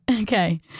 okay